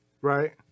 Right